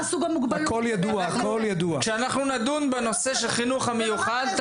מה סוג המוגבלות שלהם --- כשנדון בנושא של החינוך המיוחד,